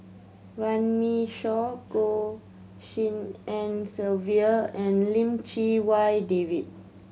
Runme Shaw Goh Tshin En Sylvia and Lim Chee Wai David